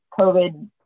COVID